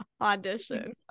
audition